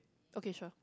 okay sure